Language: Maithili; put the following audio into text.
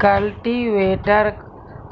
कल्टीवेटर